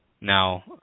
Now